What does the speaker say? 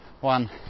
one